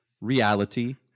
Reality